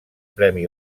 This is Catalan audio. premi